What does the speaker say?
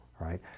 right